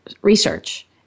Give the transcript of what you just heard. research